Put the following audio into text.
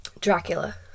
Dracula